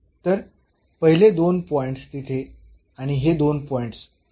तर पहिले दोन पॉईंट्स तिथे आणि हे दोन पॉईंट्स तर